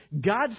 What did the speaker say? God